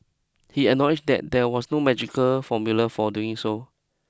he acknowledged that there was no magical formula for doing so